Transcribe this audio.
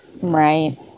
Right